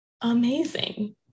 amazing